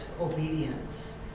obedience